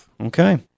Okay